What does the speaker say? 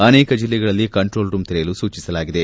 ಅನೇಕ ಜಿಲ್ಲೆಗಳಲ್ಲಿ control room ತೆರೆಯಲು ಸೂಚಿಸಲಾಗಿದೆ